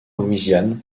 louisiane